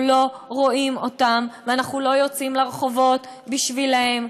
אנחנו לא רואים אותם ואנחנו לא יוצאים לרחובות בשבילם,